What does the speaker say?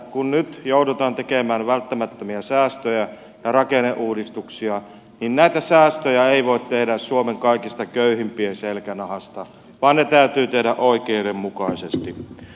kun nyt joudutaan tekemään välttämättömiä säästöjä ja rakenneuudistuksia niin näitä säästöjä ei voi tehdä suomen kaikista köyhimpien selkänahasta vaan ne täytyy tehdä oikeudenmukaisesti